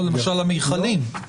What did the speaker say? למשל המכלים.